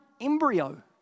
embryo